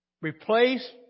replace